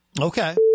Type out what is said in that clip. Okay